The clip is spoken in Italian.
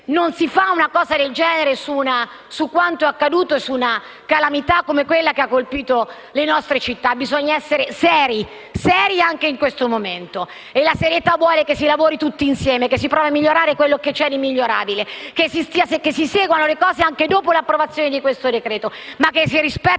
Non si fa una cosa del genere su quanto accaduto e su una calamità come quella che ha colpito le nostre città. Bisogna essere seri, anche in questo momento. E la serietà vuole che si lavori tutti insieme e si provi a migliorare quello che c'è di migliorabile; che si seguano le cose anche dopo la conversione di questo decreto-legge, ma che si rispetti